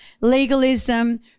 legalism